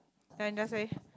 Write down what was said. and just wave